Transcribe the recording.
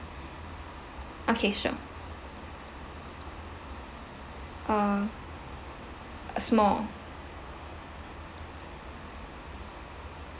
okay sure uh small